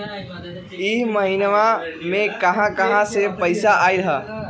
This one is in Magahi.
इह महिनमा मे कहा कहा से पैसा आईल ह?